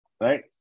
Right